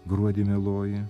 gruodį mieloji